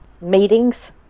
meetings